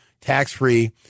tax-free